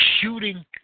Shooting